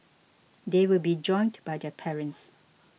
they will be joined by their parents